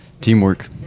teamwork